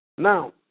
Now